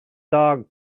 dog